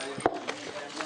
את הישיבה.